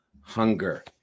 hunger